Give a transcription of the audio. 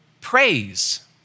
praise